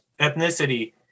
ethnicity